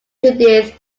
judith